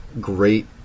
great